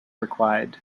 required